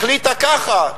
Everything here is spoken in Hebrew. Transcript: החליטה כך,